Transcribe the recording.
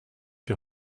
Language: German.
die